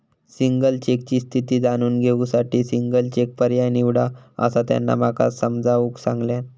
single चेकची स्थिती जाणून घेऊ साठी सिंगल चेक पर्याय निवडा, असा त्यांना माका समजाऊन सांगल्यान